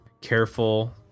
Careful